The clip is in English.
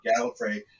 Gallifrey